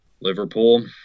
Liverpool